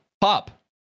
pop